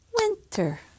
winter